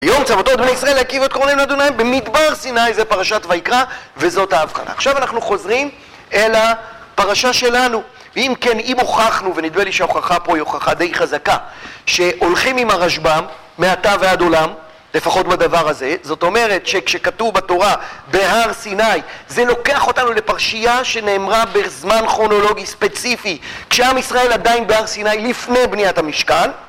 יום צוותות בין ישראל להקיב את קורנינו אדוניים במדבר סיני זה פרשת וייקרא וזאת ההבחנה עכשיו אנחנו חוזרים אל הפרשה שלנו אם כן אם הוכחנו ונדבר לי שההוכחה פה היא הוכחה די חזקה שהולכים עם הרשבם מעתה ועד עולם לפחות בדבר הזה זאת אומרת שכשכתוב בתורה בהר סיני זה לוקח אותנו לפרשייה שנאמרה בזמן כרונולוגי ספציפי כשעם ישראל עדיין בהר סיני לפני בניית המשקל